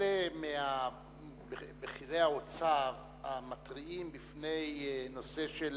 אלה מבכירי האוצר המתריעים בנושא של